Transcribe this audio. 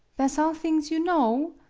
s all things you know?